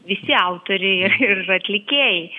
visi autoriai ir atlikėjai